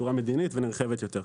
בצורה מדינית ונרחבת יותר.